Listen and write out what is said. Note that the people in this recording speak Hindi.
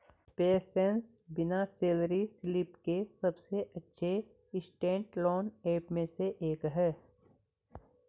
पेसेंस बिना सैलरी स्लिप के सबसे अच्छे इंस्टेंट लोन ऐप में से एक है